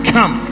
Come